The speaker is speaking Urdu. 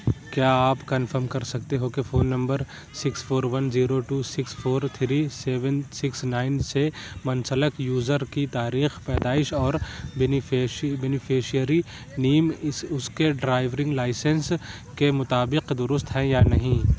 کیا آپ کنفرم کر سکتے ہو کہ phone number six four one zero two six four three seven six nine سے منسلک یوزر کی تاریخ پیدائش اور بینیفشیری نیم اس اس کے ڈرائیونگ لائسنس کے مطابق درست ہے یا نہیں